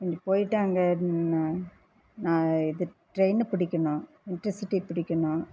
கொஞ்சம் போய்ட்டு அங்கே நான் நான் இது ட்ரெயினை பிடிக்கணும் இன்டெர்சிட்டி பிடிக்கணும்